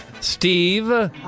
Steve